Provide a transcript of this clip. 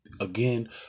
again